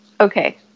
Okay